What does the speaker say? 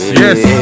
yes